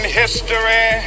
history